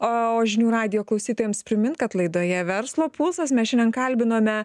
o žinių radijo klausytojams primint kad laidoje verslo pulsas mes šiandien kalbinome